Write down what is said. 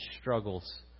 struggles